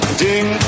ding